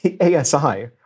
ASI